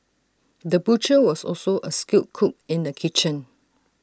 the butcher was also A skilled cook in the kitchen